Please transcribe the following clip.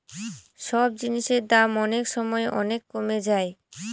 সব জিনিসের দাম অনেক সময় অনেক কমে যায়